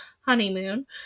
Honeymoon